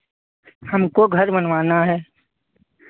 हमको घर बनवाना है